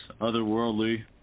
otherworldly